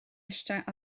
eistedd